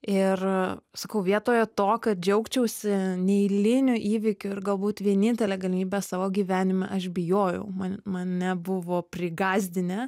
ir sakau vietoje to kad džiaugčiausi neeiliniu įvykiu ir galbūt vienintele galimybe savo gyvenime aš bijojau man nebuvo prigąsdinę